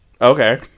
Okay